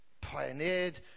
pioneered